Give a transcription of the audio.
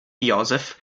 joseph